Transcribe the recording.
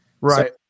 Right